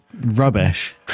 rubbish